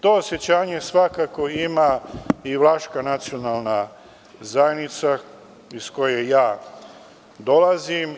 To osećanje svakako ima i vlaška nacionalna zajednica iz koje ja dolazim.